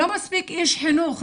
לא מספיק איש חינוך.